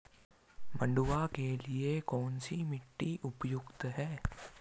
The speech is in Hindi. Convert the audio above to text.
मंडुवा के लिए कौन सी मिट्टी उपयुक्त है?